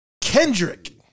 Kendrick